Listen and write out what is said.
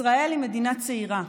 ישראל היא מדינה צעירה,